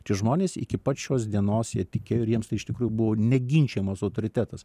tie žmonės iki pat šios dienos jie tikėjo ir jiems tai iš tikrųjų buvo neginčijamas autoritetas